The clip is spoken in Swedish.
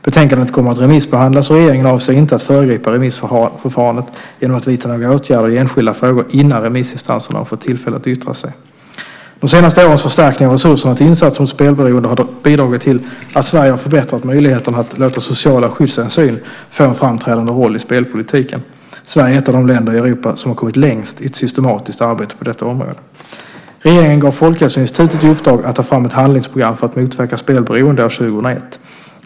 Betänkandet kommer att remissbehandlas, och regeringen avser inte att föregripa remissförfarandet genom att vidta några åtgärder i enskilda frågor innan remissinstanserna har fått tillfälle att yttra sig. De senaste årens förstärkning av resurserna till insatser mot spelberoende har dock bidragit till att Sverige har förbättrat möjligheterna att låta sociala skyddshänsyn få en framträdande roll i spelpolitiken. Sverige är ett av de länder i Europa som har kommit längst i ett systematiskt arbete på detta område. Regeringen gav Folkhälsoinstitutet i uppdrag att ta fram ett handlingsprogram för att motverka spelberoende år 2001.